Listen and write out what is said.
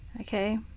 okay